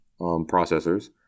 processors